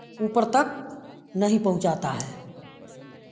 ऊपर तक नहीं पहुँचाता है